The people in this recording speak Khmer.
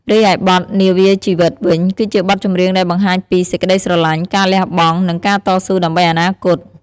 រីឯបទ នាវាជីវិត វិញ គឺជាបទចម្រៀងដែលបង្ហាញពីសេចក្តីស្រឡាញ់ ការលះបង់ និងការតស៊ូដើម្បីអនាគត។